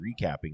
recapping